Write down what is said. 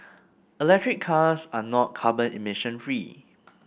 electric cars are not carbon emissions free